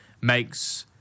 makes